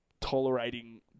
tolerating